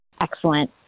excellent